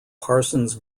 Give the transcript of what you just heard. parsons